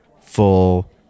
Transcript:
full